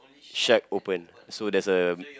shack open so there's a